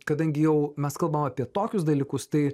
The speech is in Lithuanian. kadangi jau mes kalbam apie tokius dalykus tai